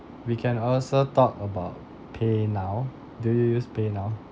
we can also talk about paynow do you use paynow